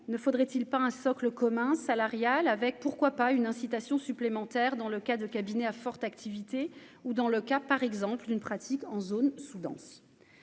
ne faudrait-il pas un socle commun salariale avec pourquoi pas une incitation supplémentaire dans le cas de cabinet à forte activité ou dans le cas, par exemple, une pratique en zone sous-dense,